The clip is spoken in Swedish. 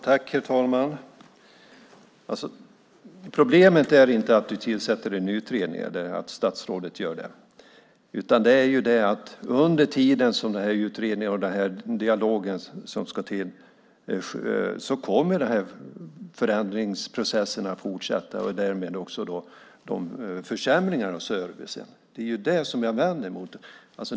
Herr talman! Problemet är inte att statsrådet tillsätter en ny utredning, utan det är att under tiden som utredningar och dialog sker kommer förändringsprocessen att fortsätta och därmed också försämringarna av servicen. Det är det jag vänder mig emot.